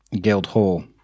Guildhall